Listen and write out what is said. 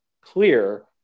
clear